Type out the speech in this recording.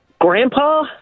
Grandpa